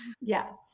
Yes